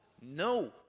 no